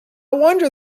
wonder